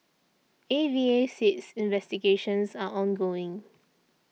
A V A says investigations are ongoing